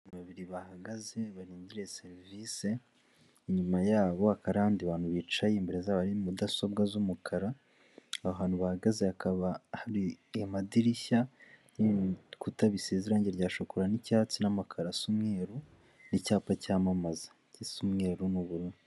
Abantu babiri bahagaze barindiye serivisi, inyuma yabo hakaba hari abandi bantu bicaye, imbere zaba mudasobwa z'umukara, aho hantu bahagaze hakaba hari amadirishya n'ibikuta bisize irangi rya shokora n'icyatsi n'amakaro asa umweru n'icyapa cyamamaza gisa umweru n'ubururu.